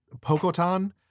Pokotan